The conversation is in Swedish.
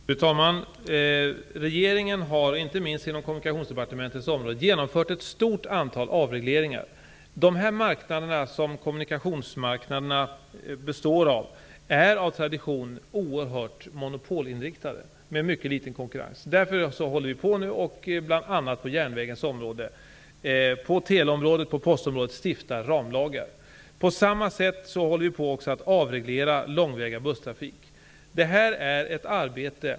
Fru talman! Regeringen har inte minst inom Kommunikationsdepartementets område genomfört ett stort antal avregleringar. De marknader som kommunikationsmarknaderna består av är av tradition oerhört monopolinriktade, med mycket liten konkurrens. Därför håller vi nu på att på bl.a. järnvägsområdet, teleområdet och postområdet stifta ramlagar. På samma sätt håller vi på att avreglera långväga busstrafik.